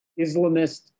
Islamist